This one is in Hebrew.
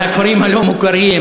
על הכפרים הלא-מוכרים,